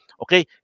okay